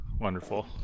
Wonderful